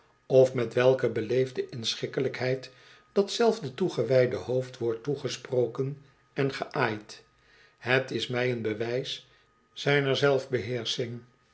of met welke beleefde inschikkelijkheid datzelfde toegewijde hoofd wordt toegesproken en geaaid het is mij een bewijs zijner